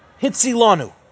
Hitzilanu